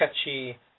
catchy